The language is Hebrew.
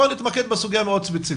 בוא נתמקד בסוגיה מאוד ספציפית.